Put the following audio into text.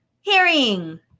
Hearing